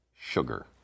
Sugar